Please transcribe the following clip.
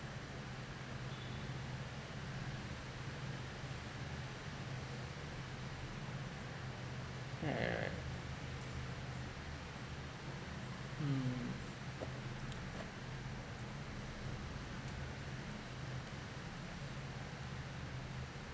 yeah right mm